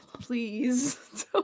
please